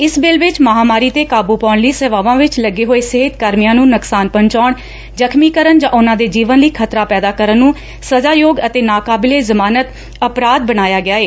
ਇਸ ਬਿੱਲ ਵਿਚ ਮਹਾਮਾਰੀ ਤੇ ਕਾਬੂ ਪਾਉਣ ਲਈ ਸੇਵਾਵਾਂ ਵਿਚ ਲੱਗੇ ਹੋਏ ਸਿਹਤ ਕਰਮੀਆਂ ਨੂੰ ਨੁਕਸਾਨ ਪਹੁੰਚਾਉਣ ਜ਼ਖ਼ਮੀ ਕਰਨ ਜਾਂ ਉਨੂਾ ਦੇ ਜੀਵਨ ਲਈ ੱਖਤਰਾ ਪੈਦਾ ਕਰਨ ਨੂੰ ਸਜਾਯੋਗ ਅਤੇ ਨਾਕਾਬਿਲੇ ਜਮਾਨਤ ਅਪਰਾਧ ਬਣਾਇਆ ਗਿਆ ਏ